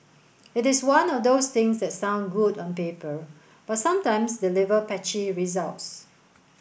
it is one of those things that sounds good on paper but sometimes deliver patchy results